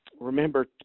remember